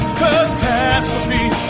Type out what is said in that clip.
catastrophe